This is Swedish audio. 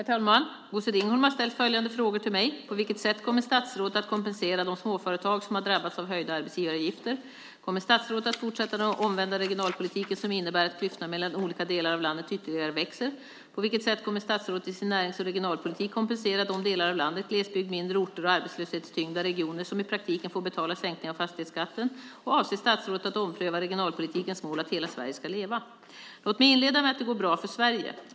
Herr talman! Bosse Ringholm har ställt följande frågor till mig: På vilket sätt kommer statsrådet att kompensera de småföretag som har drabbats av höjda arbetsgivaravgifter? Kommer statsrådet att fortsätta den omvända regionalpolitiken, som innebär att klyftorna mellan olika delar av landet ytterligare växer? På vilket sätt kommer statsrådet i sin närings och regionalpolitik att kompensera de delar av landet - glesbygd, mindre orter och arbetslöshetstyngda regioner - som i praktiken får betala sänkningen av fastighetsskatten? Avser statsrådet att ompröva regionalpolitikens mål Hela Sverige ska leva? Låt mig inleda med att det går bra för Sverige.